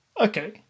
Okay